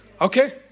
Okay